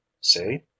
see